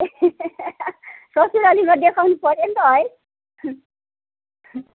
ससुरालीमा देखाउनु पऱ्यो नि त है